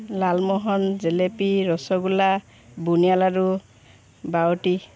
Lalmohan jalebi rasgulla bundiya laddu বাউটী